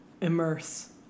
immerse